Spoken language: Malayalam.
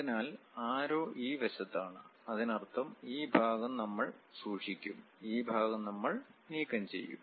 അതിനാൽ ആരോ ഈ വശത്താണ് അതിനർത്ഥം ഈ ഭാഗം നമ്മൾ സൂക്ഷിക്കും ഈ ഭാഗം നമ്മൾ നീക്കംചെയ്യും